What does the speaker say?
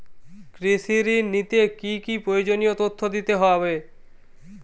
কৃষি ঋণ নিতে কি কি প্রয়োজনীয় তথ্য দিতে হবে?